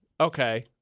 okay